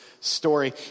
story